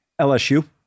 LSU